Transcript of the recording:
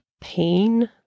pain